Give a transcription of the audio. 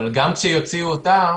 אבל, גם כשיוציאו אותו,